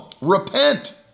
repent